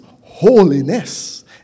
holiness